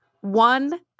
One